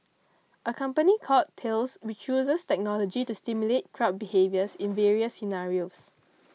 a company called Thales which uses technology to simulate crowd behaviours in various scenarios